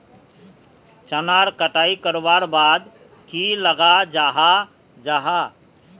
चनार कटाई करवार बाद की लगा जाहा जाहा?